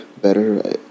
better